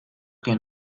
que